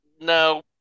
No